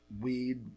weed